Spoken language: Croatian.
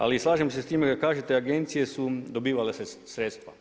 Ali slažem se s time kada kažete agencije su dobivale sredstva.